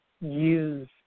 use